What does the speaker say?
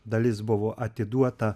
dalis buvo atiduota